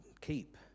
keep